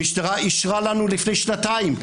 המשטרה אישרה לנו לפני שנתיים,